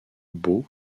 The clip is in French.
beau